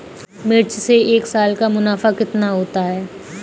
मिर्च से एक साल का मुनाफा कितना होता है?